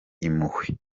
impuhwe